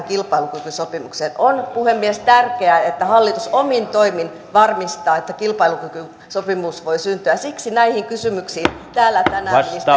kilpailukykysopimukseen on puhemies tärkeää että hallitus omin toimin varmistaa että kilpailukykysopimus voi syntyä siksi näihin kysymyksiin täällä tänään ministeri